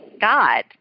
God